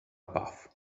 baff